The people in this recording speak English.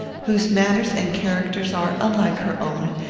whose manners and characters are unlike her own,